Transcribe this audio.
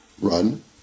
Run